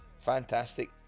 fantastic